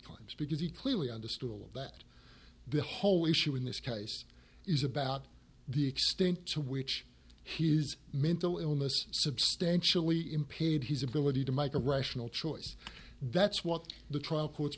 points because he clearly understood that the whole issue in this case is about the extent to which he's mental illness substantially impaired he's ability to make a rational choice that's what the trial